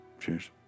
cheers